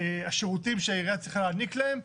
השירותים שהעירייה צריכה להעניק להם,